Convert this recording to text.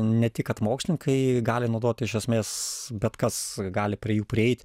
ne tik kad mokslininkai gali naudot iš esmės bet kas gali prie jų prieit